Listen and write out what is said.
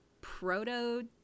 proto